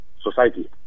society